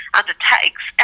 undertakes